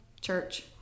church